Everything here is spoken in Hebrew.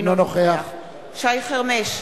אינו נוכח שי חרמש,